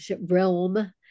realm